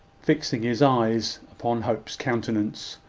fixing his eyes upon hope's countenance.